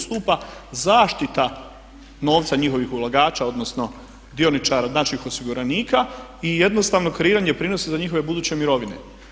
Stupa zaštita novca njihovih ulagača, odnosno dioničara, naših osiguranika i jednostavno kreiranje prinosa za njihove buduće mirovine.